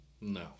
No